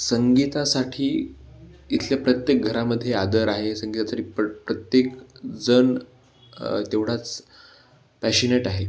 संगीतासाठी इथल्या प्रत्येक घरामध्ये आदर आहे संगीतासाठी प प्रत्येकजण तेवढाच पॅशिनेट आहे